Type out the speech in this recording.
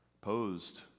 posed